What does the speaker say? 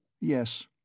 Yes